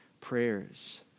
prayers